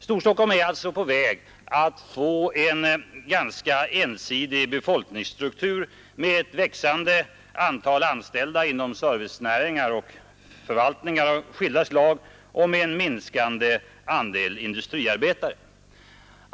Storstockholm är alltså på väg att få en ganska ensidig befolkningsstruktur med växande antal anställda inom servicenäringar och förvaltningar av skilda slag samt med en minskande andel industriarbetare.